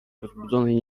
rozbudzonej